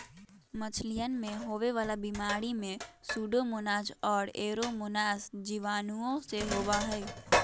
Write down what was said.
मछलियन में होवे वाला बीमारी में सूडोमोनाज और एयरोमोनास जीवाणुओं से होबा हई